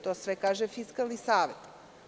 To sve kaže Fiskalni savet.